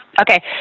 Okay